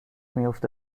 میفته